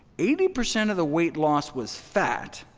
eighty percent of the weight loss was fat,